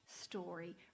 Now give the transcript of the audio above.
story